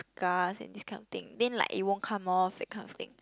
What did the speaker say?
scars and this kind of thing then like it won't come off that kind of thing